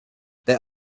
there